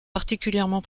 particulièrement